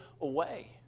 away